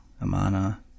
Amana